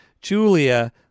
Julia